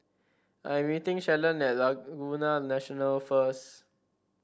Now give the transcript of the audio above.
I am meeting Shalon at Laguna National first